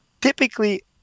typically